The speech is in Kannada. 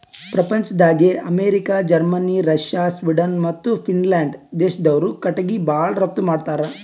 ಪ್ರಪಂಚ್ದಾಗೆ ಅಮೇರಿಕ, ಜರ್ಮನಿ, ರಷ್ಯ, ಸ್ವೀಡನ್ ಮತ್ತ್ ಫಿನ್ಲ್ಯಾಂಡ್ ದೇಶ್ದವ್ರು ಕಟಿಗಿ ಭಾಳ್ ರಫ್ತು ಮಾಡತ್ತರ್